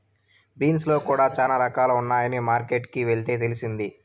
beans లో కూడా చానా రకాలు ఉన్నాయని మార్కెట్ కి వెళ్తే తెలిసింది